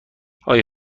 آیا